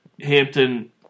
Hampton